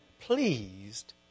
pleased